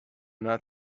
not